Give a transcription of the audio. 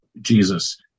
Jesus